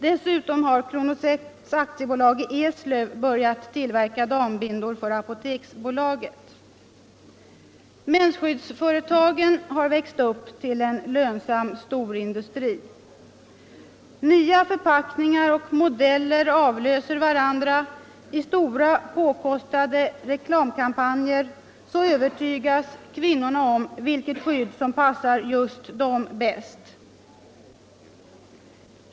Dessutom har Kronosept AB i Eslöv börjat tillverka dambindor för Apoteksbolaget. Mensskyddsföretagen har växt upp till en lönsam storindustri. Nya förpackningar och modeller avlöser varandra, och i stora påkostade reklamkampanjer övertygas kvinnorna om vilket skydd som passar just dem bäst.